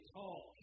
talk